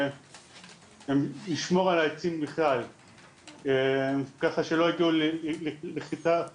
לשמור על העצים בכלל, ככה שלא יגיעו לכריתה